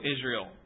Israel